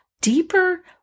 deeper